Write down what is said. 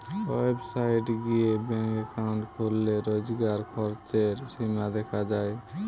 website গিয়ে bank account খুললে রোজকার খরচের সীমা দেখা যায়